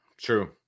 true